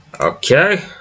Okay